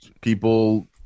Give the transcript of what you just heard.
people